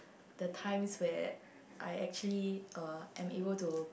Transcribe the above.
the times where I actually uh am able to